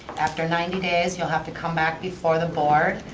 after ninety days you'll have to come back before the board.